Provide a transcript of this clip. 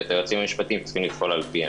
והיועצים המשפטיים צריכים לפעול על פיהם.